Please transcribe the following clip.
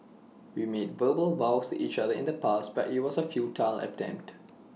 we made verbal vows to each other in the past but IT was A futile attempt